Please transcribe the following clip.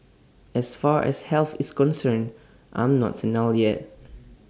as far as health is concerned I'm not senile yet